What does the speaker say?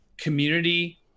community